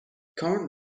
current